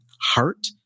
heart